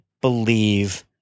believe